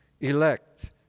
elect